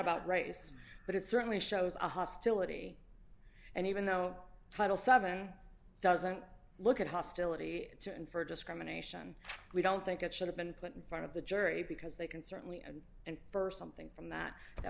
about race but it certainly shows a hostility and even though title seven doesn't look at hostility to infer discrimination we don't think it should have been put in front of the jury because they can certainly and and st something from that that